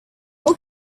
what